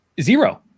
zero